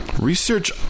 Research